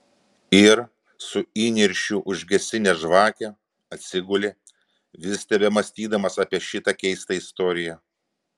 ir su įniršiu užgesinęs žvakę atsigulė vis tebemąstydamas apie šitą keistą istoriją